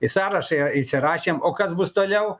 į sąrašą įsirašėm o kas bus toliau